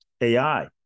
ai